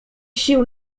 sił